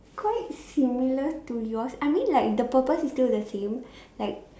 quite similar to yours I mean like the purpose is still the same like